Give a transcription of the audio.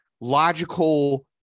logical